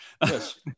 yes